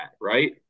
right